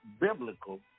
biblical